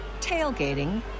tailgating